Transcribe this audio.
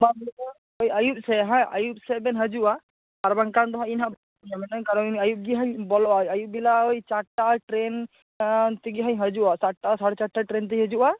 ᱟᱭᱩᱵ ᱥᱮᱫ ᱦᱟᱸ ᱟᱭᱩᱵ ᱥᱮᱫ ᱵᱮᱱ ᱦᱟᱡᱩᱜᱼᱟ ᱟᱨ ᱵᱟᱝᱠᱷᱟᱱ ᱫᱚ ᱤᱧ ᱦᱟᱸᱜ ᱵᱚᱞᱚᱱᱟᱹᱧ ᱠᱟᱨᱚᱱ ᱟᱭᱩᱵᱜᱮ ᱦᱟᱸᱜ ᱵᱚᱞᱚ ᱟᱭᱩᱵ ᱵᱮᱞᱟ ᱳᱭ ᱪᱟᱨᱴᱟ ᱴᱨᱮᱱ ᱟᱸ ᱛᱮᱜᱮᱦᱟᱸᱜ ᱦᱟᱹᱡᱩᱜᱼᱟᱹᱧ ᱪᱟᱨᱴᱟ ᱥᱟᱲᱮ ᱪᱟᱨᱴᱟ ᱴᱨᱮᱱᱛᱮ ᱦᱟᱹᱡᱩᱜᱼᱟ